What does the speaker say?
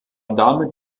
damit